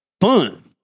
Fun